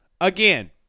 again